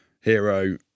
hero